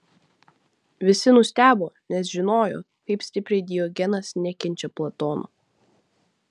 visi nustebo nes žinojo kaip stipriai diogenas nekenčia platono